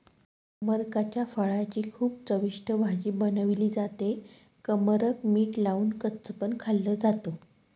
कमरकाच्या फळाची खूप चविष्ट भाजी बनवली जाते, कमरक मीठ लावून कच्च पण खाल्ल जात